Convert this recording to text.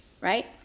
right